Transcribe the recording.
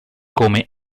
come